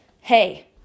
hey